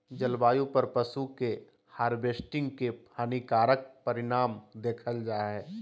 जलवायु पर पशु के हार्वेस्टिंग के हानिकारक परिणाम देखल जा हइ